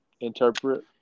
interpret